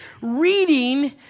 reading